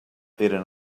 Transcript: eren